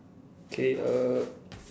K uh